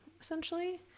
essentially